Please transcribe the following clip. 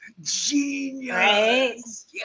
Genius